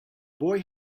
boy